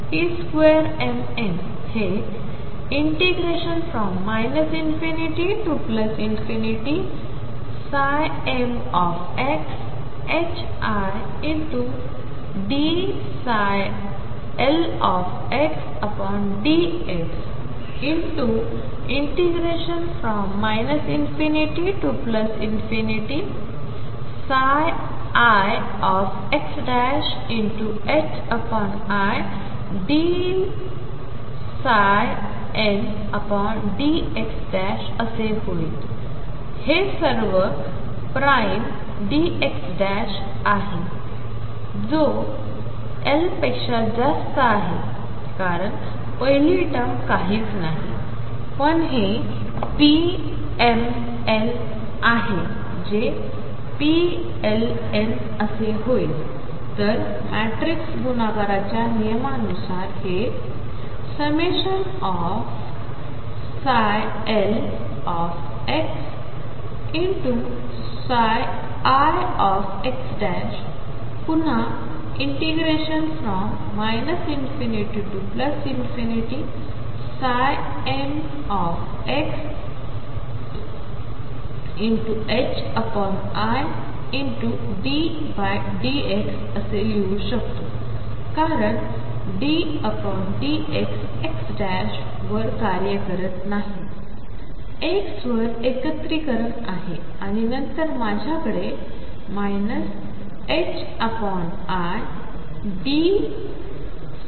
p2 बद्दल काय pmn2 हे ∞mxi dldx ∞lxidndx असे होईल हे सर्व प्राइम dx आहे जो l पेक्षा जास्त आहे कारण पहिली टर्म काहीच नाही पण हे pml आहे जे पण pln असे होईल तर मॅट्रिक्स गुणाकाराच्या नियमानुसार हेllxlx पुन्हा ∞mxiddx असे लिहू शकतो कारण ddx x वर कार्य करत नाही x वर एकत्रीकरण आहे आणि नंतर माझ्याकडे idnxdxdx